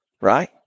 right